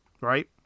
right